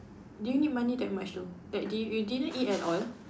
do you need money that much though like did you you didn't eat at all